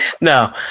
No